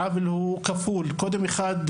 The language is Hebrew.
העוול הוא כפול: אחת,